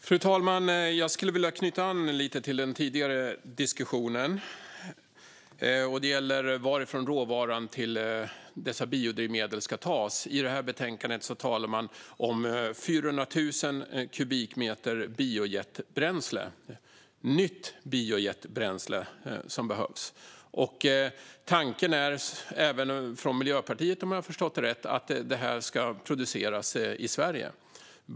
Fru talman! Jag skulle vilja knyta an lite till den tidigare diskussionen. Det gäller varifrån råvaran till dessa biodrivmedel ska tas. I detta betänkande talar man om 400 000 kubikmeter nytt biojetbränsle som behövs. Tanken - även från Miljöpartiet, om jag har förstått det rätt - är att detta ska produceras i Sverige.